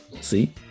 See